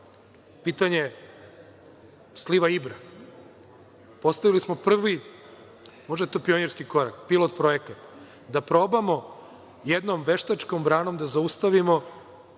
pitanje sliva Ibra. Postavili smo prvi, možda je to pionirski korak, pilot projekat, da probamo jednom veštačkom branom da zaustavimo